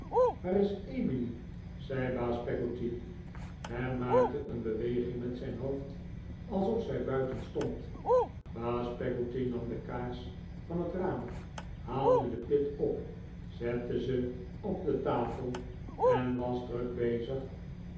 waar is emily zei baas peggotty ham maakte een beweging met zijn hoofd alsof zij buiten stond baas peggotty nam de kaars van het raam haalde de pit op zette ze op de tafel en was druk bezig